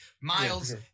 miles